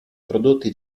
prodotti